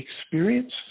experience